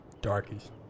Darkies